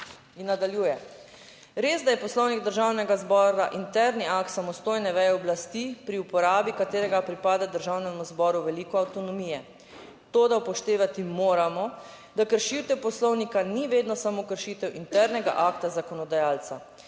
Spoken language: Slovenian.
in nadaljuje, res, da je Poslovnik Državnega zbora interni akt samostojne veje oblasti, pri uporabi katerega pripada Državnemu zboru veliko avtonomije, toda upoštevati moramo, da kršitev Poslovnika ni vedno samo kršitev internega akta zakonodajalca.